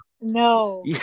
No